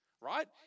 right